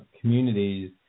communities